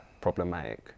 problematic